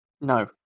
no